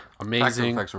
Amazing